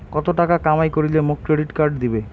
কত টাকা কামাই করিলে মোক ক্রেডিট কার্ড দিবে?